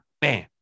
bam